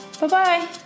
Bye-bye